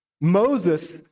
Moses